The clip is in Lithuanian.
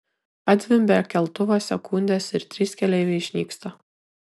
atzvimbia keltuvas sekundės ir trys keleiviai išnyksta